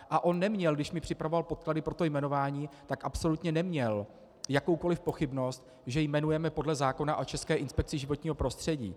A on neměl, když mi připravoval podklady pro to jmenování, tak absolutně neměl jakoukoliv pochybnost, že jmenujeme podle zákona o České inspekci životního prostředí.